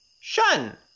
Shun